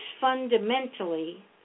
fundamentally